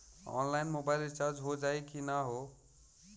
Online mobile recharge हो जाई की ना हो?